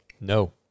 No